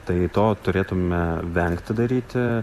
tai to turėtume vengti daryti